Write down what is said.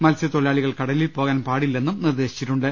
മത്സ്യത്തൊഴിലാളികൾ കടലിൽ പോകാൻ പാടില്ലെന്നും നിർദ്ദേശിച്ചിട്ടുണ്ട്